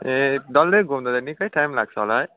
ए डल्लै घुम्दा चाहिँ निकै टाइम लाग्छ होला है